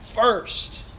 first